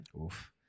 oof